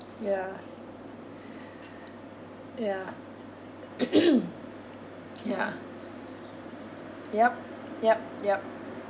ya ya ya yup yup yup